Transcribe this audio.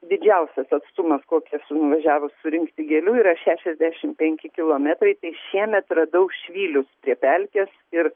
didžiausias atstumas kokį esu nuvažiavus surinkti gėlių yra šešiasdešim penki kilometrai tai šiemet radau švylius prie pelkės ir